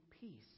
peace